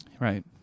Right